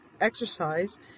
exercise